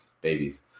babies